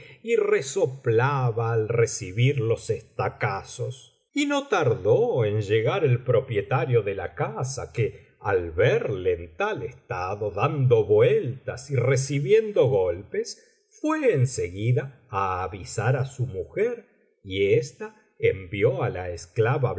y resoplaba al recibir los estacazos y no tardó en llegar el propietario de la casa que al verle en tal estado dando vueltas y recibiendo golpes fué en seguida á avisar á su mujer y ésta envió á la esclava